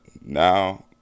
now